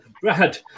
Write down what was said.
Brad